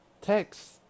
Text